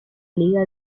liga